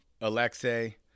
alexei